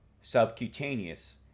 subcutaneous